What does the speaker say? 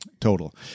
total